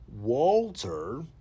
Walter